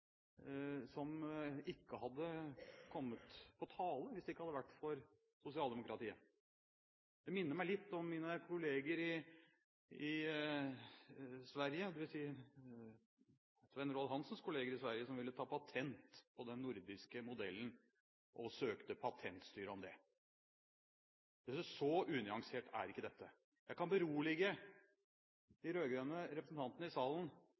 som ikke hadde kommet på tale hvis det ikke hadde vært for sosialdemokratiet. Det minner meg litt om mine kolleger i Sverige, dvs. Svein Roald Hansens kolleger i Sverige, som ville ta patent på den nordiske modellen og søkte Patentstyret om det. Så unyansert er ikke dette. Jeg kan berolige de rød-grønne representantene i salen: